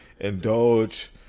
Indulge